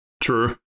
True